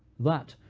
that,